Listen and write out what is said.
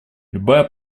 любая